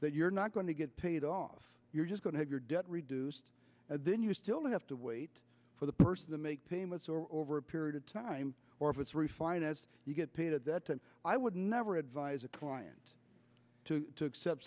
that you're not going to get paid off you're just going to have your debt reduced and then you still have to wait for the person to make payments or over a period of time or if it's refined as you get paid at that time i would never advise a client to accept